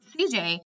CJ